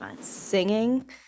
singing